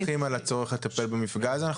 אנחנו לא מתווכחים על הצורך לטפל במפגע הזה,